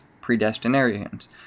predestinarians